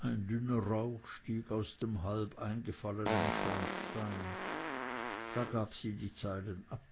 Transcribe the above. ein dünner rauch stieg aus dem halb eingefallenen schornstein da gab sie die zeilen ab